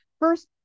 First